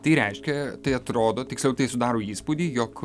tai reiškia tai atrodo tiksliau tai sudaro įspūdį jog